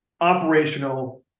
operational